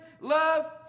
love